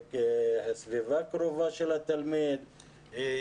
הסביבה הקרובה של התלמיד,